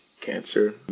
cancer